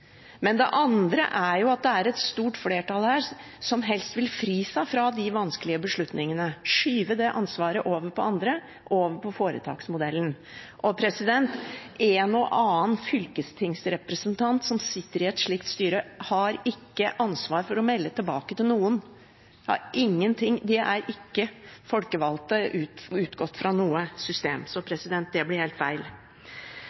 Men det andre er at det er et stort flertall her som helst vil fri seg fra de vanskelige beslutningene, skyve det ansvaret over på andre, over på foretaksmodellen. Og en og annen fylkestingsrepresentant som sitter i et slikt styre, har ikke ansvar for å melde tilbake til noen. De er ikke folkevalgte utgått fra noe system, så